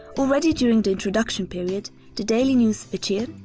already during the introduction period the daily news vecer,